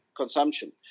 consumption